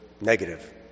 Negative